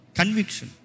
...conviction